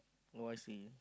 oh I see